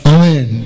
Amen